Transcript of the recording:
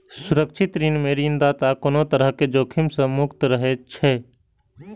सुरक्षित ऋण मे ऋणदाता कोनो तरहक जोखिम सं मुक्त रहै छै